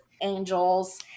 angels